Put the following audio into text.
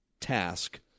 task